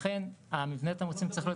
לפי העניין: (א)בעבור רכישת שירות דיפרנציאלי מעבר